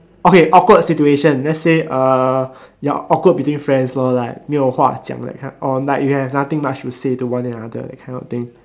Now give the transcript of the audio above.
okay awkward situation let's say uh you are awkward between friends lor like 没有话讲 like you have nothing much to say to one another that kind of thing